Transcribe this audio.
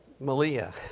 Malia